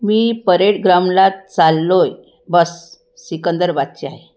मी parade ग्राउंडलाच चाललो आहे बस सिकंदराबादची आहे